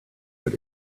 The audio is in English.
but